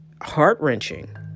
heart-wrenching